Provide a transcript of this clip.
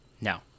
No